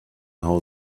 how